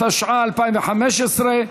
התשע"ה 2015,